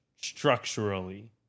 Structurally